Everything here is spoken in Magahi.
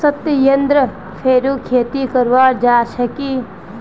सत्येंद्र फेरो खेती करवा चाह छे की